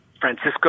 Francisco